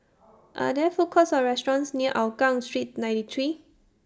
Are There Food Courts Or restaurants near Hougang Street ninety three